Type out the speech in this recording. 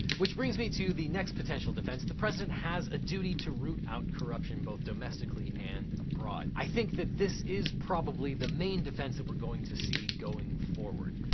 which brings me to the next potential defense, the president has a duty to root out corruption, both domestically and abroad. i think that this is probably the main defense that we're going to see going forward.